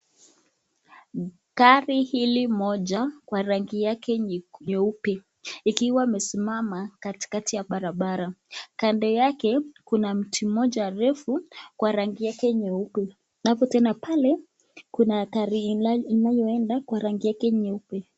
Gari hili moja kwa rangi yake nyeupe ikiwa limesimama katikati ya barabara, kando yake kuna mti moja refu, kwa rangi yake nyeupe na alafu tena pale kuna gari linaloenda kwa rangi yake nyeupe.